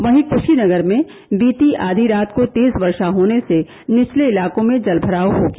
वहीं कुशीनगर में बीती आधी रात को तेज वर्षा होने से निचले इलाकों में जलभराव हो गया